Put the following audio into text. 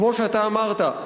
כמו שאתה אמרת,